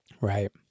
Right